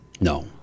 No